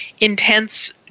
intense